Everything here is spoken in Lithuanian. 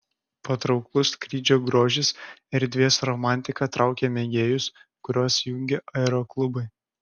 patrauklus skrydžio grožis erdvės romantika traukia mėgėjus kuriuos jungia aeroklubai